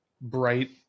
bright